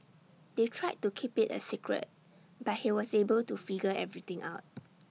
they tried to keep IT A secret but he was able to figure everything out